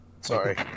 Sorry